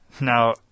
Now